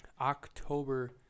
October